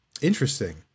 Interesting